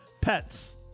Pets